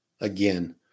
Again